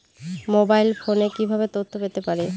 Mobile ফোনে কিভাবে তথ্য পেতে পারি?